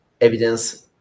evidence